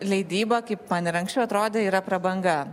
leidyba kaip man ir anksčiau atrodė yra prabanga